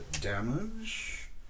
damage